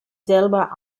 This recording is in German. selber